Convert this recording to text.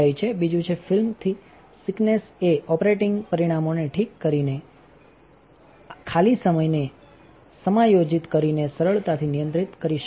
બીજું છે film thickness એ operatingપરેટિંગ પરિમાણોને ઠીક કરીને અને ખાલી સમયને સમાયોજિત કરીને સરળતાથી નિયંત્રિત કરી શકાય છે